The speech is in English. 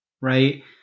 right